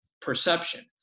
perception